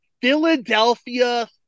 Philadelphia